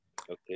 Okay